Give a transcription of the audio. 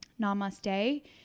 namaste